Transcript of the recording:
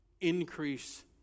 Increase